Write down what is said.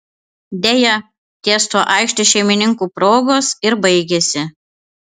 deja ties tuo aikštės šeimininkų progos ir baigėsi